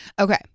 Okay